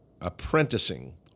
apprenticing